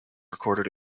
recorded